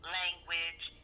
language